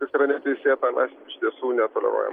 kas yra neteisėta mes iš tiesų netoleruojam